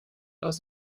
aus